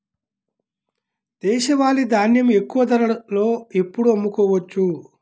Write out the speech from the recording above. దేశవాలి ధాన్యం ఎక్కువ ధరలో ఎప్పుడు అమ్ముకోవచ్చు?